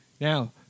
Now